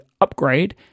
UPGRADE